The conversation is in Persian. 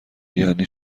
یعنی